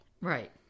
right